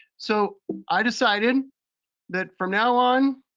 so i decided that from now on,